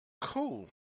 Cool